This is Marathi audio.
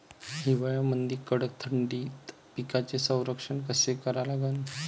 हिवाळ्यामंदी कडक थंडीत पिकाचे संरक्षण कसे करा लागन?